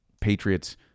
Patriots